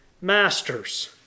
Masters